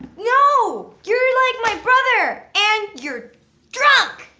no! you're like my brother! and, you're drunk!